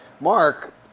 mark